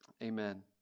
Amen